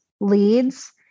leads